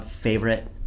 favorite